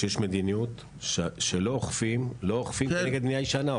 יש מדיניות שלא אוכפים כנגד בנייה ישנה,